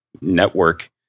network